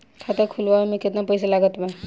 खाता खुलावे म केतना पईसा लागत बा?